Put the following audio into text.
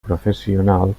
professional